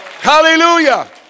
Hallelujah